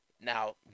Now